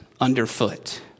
underfoot